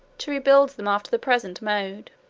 to rebuild them after the present mode